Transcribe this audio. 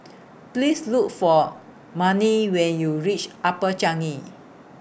Please Look For Mannie when YOU REACH Upper Changi